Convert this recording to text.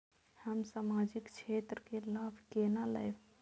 हम सामाजिक क्षेत्र के लाभ केना लैब?